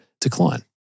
decline